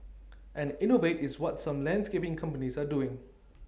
and innovate is what some landscaping companies are doing